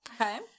Okay